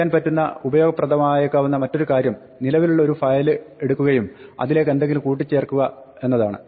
ചെയ്യാൻ പറ്റുന്ന ഉപയോഗപ്രദമായേക്കാവുന്ന മറ്റൊരു കാര്യം നിലവിലുള്ള ഒരു ഫയലെടുക്കകയും അതിലേക്ക് എന്തെങ്കിലും കൂട്ടിച്ചേർക്കുക എന്നതാണ്